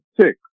Six